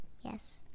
yes